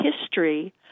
history